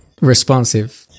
Responsive